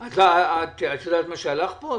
את יודעת מה הלך פה?